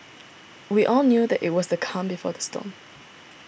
we all knew that it was the calm before the storm